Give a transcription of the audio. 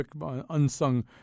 unsung